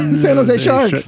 san jose sharks.